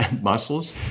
muscles